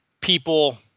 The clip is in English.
people